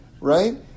right